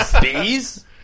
Bees